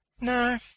No